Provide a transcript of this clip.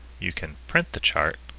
you can print the chart